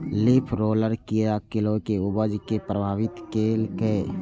leaf roller कीड़ा गिलोय के उपज कें प्रभावित केलकैए